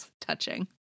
touching